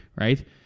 right